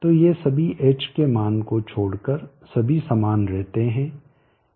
तो ये सभी h के मान को छोड़कर सभी समान रहते हैं